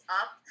up